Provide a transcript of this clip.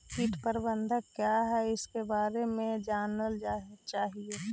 कीट प्रबनदक क्या है ईसके बारे मे जनल चाहेली?